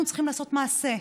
אנחנו צריכים לעשות מעשה.